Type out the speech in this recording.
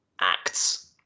acts